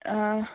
ꯑꯥ